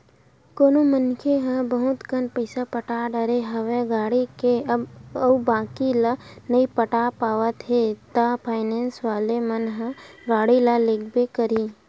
कोनो मनखे ह बहुत कन पइसा पटा डरे हवे गाड़ी के अउ बाकी ल नइ पटा पाते हे ता फायनेंस वाले मन ह गाड़ी ल लेगबे करही